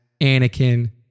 Anakin